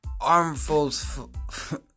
armfuls